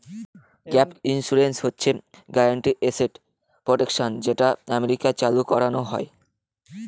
gap insurance হচ্ছে guaranteed asset protection যেটা আমেরিকায় চালু করানো হয়